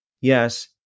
yes